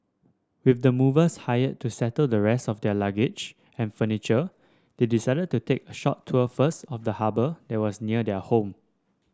with the movers hired to settle the rest of their luggage and furniture they decided to take a short tour first of the harbour that was near their home